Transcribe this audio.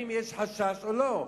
אם יש חשש או לא.